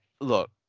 look